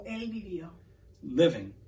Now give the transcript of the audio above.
living